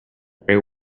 very